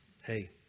Hey